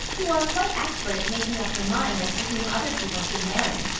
you are quite expert at making up your mind as to whom other people should marry,